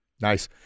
Nice